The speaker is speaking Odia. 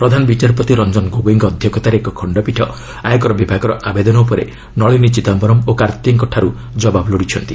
ପ୍ରଧାନ ବିଚାରପତି ରଞ୍ଜନ ଗୋଗୋଇଙ୍କ ଅଧ୍ୟକ୍ଷତାରେ ଏକ ଖଣ୍ଡପୀଠ ଆୟକର ବିଭାଗର ଆବେଦନ ଉପରେ ନଳିନୀ ଚିଦାୟରମ୍ ଓ କାର୍ତ୍ତିଙ୍କଠାରୁ ଜବାବ ଲୋଡ଼ିଛନ୍ତି